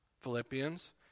Philippians